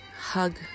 hug